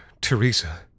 Teresa